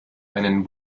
einen